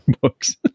books